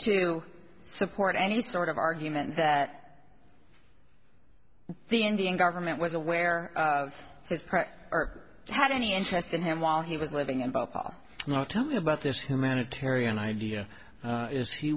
to support any sort of argument that the indian government was aware of his pressure or had any interest in him while he was living in bhopal you know talking about this humanitarian idea is he